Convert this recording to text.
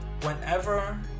whenever